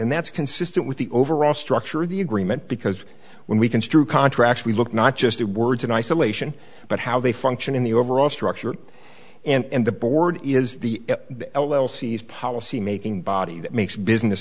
and that's consistent with the overall structure of the agreement because when we construe contracts we look not just words in isolation but how they function in the overall structure and the board is the l l c is policy making body that makes business